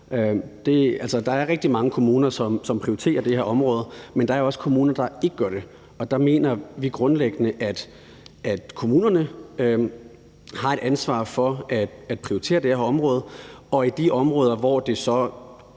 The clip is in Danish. der er rigtig mange kommuner, som prioriterer det her område, men der er også kommuner, som ikke gøre det, og der mener jeg helt grundlæggende, at kommunerne har et ansvar for at prioritere det her område, og de steder, hvor kysten